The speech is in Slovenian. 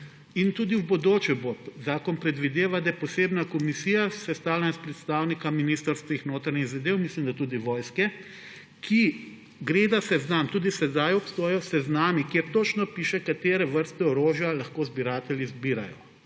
bo tudi v bodoče, zakon predvideva, da posebna komisija sestavljena iz predstavnikov ministrstva za notranje zadeve, mislim, da tudi vojske, ki gleda seznam, tudi sedaj obstajajo seznami, kjer točno piše, katere vrste orožja lahko zbiratelji zbirajo.